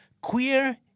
Queer